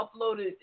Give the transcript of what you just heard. uploaded